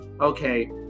okay